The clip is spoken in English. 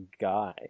guy